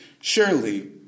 surely